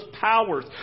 powers